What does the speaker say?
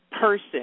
person